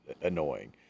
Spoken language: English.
annoying